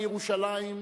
מירושלים,